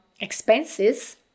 expenses